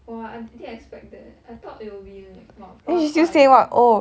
!wah! I didn't expect that I thought it will be like !wah! 八块 eh